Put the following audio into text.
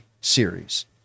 series